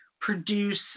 produce